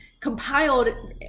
compiled